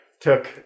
took